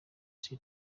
ste